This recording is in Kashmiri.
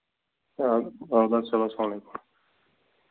اَہَن اَدٕ حظ سلام اسلام علیکُم